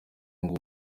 ngo